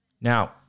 Now